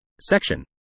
Section